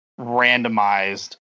randomized